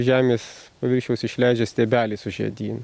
žemės paviršiaus išleidžia stiebelį su žiedynu